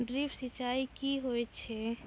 Drip सिंचाई कि होय छै?